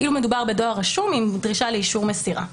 כאילו מדובר בדואר רשום עם דרישה לאישור מסירה,